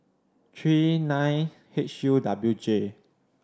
three nine H U W J